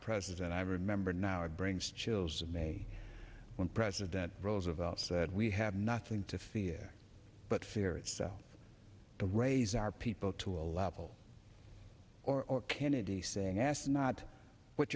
president i remember now it brings chills of me when president roosevelt said we have nothing to fear but fear itself to raise our people to a level or kennedy saying ask not what